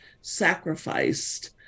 sacrificed